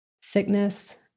sickness